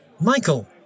Michael